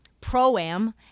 pro-am